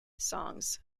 songs